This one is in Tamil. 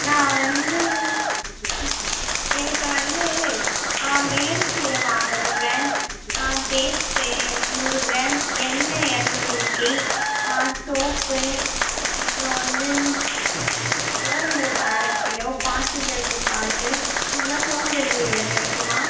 நான் வந்து ம் எனக்கு வந்து மிளகு சீரகம் ஐம்பது கிராம் பேஸ்ட்டு நூறு கிராம் எண்ணெய் இரநூறு மில்லி சோப்பு அப்புறம் வந்து துவரம் பருப்பு அரை கிலோ பாசிப்பருப்பு கால் கிலோ இதெலாம் ஹோம் டெலிவரியில கிடைக்குமா